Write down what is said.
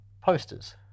posters